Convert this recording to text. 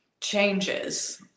changes